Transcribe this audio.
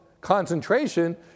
concentration